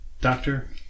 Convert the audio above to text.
doctor